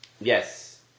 Yes